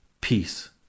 Peace